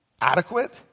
adequate